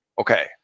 Okay